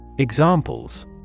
Examples